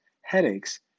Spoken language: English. headaches